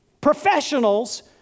professionals